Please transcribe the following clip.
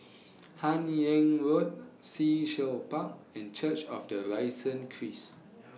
Hun Yeang Road Sea Shell Park and Church of The Risen Christ